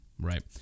right